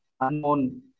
unknown